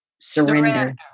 Surrender